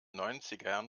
neunzigern